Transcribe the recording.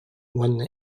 уонна